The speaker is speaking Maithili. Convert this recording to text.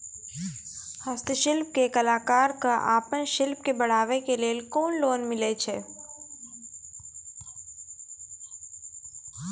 हस्तशिल्प के कलाकार कऽ आपन शिल्प के बढ़ावे के लेल कुन लोन मिलै छै?